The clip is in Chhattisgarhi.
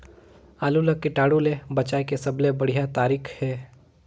आलू ला कीटाणु ले बचाय के सबले बढ़िया तारीक हे?